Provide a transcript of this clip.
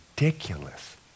ridiculous